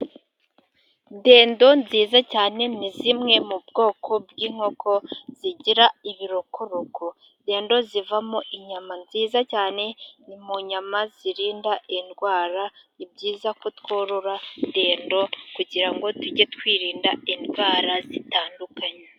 Dendo nziza cyane ni zimwe mu bwoko bw'inkoko zigira ibirokoroko. Dendo zivamo inyama nziza cyane ni mu nyama zirinda indwara. Ni byiza ko tworora dendo kugira ngo tujye twirinda indwara zitandukanye.